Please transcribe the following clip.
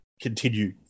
continue